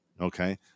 Okay